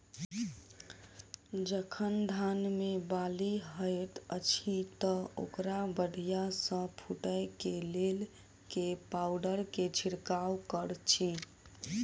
जखन धान मे बाली हएत अछि तऽ ओकरा बढ़िया सँ फूटै केँ लेल केँ पावडर केँ छिरकाव करऽ छी?